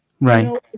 right